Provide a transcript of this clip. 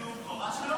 זה נאום בכורה שלו?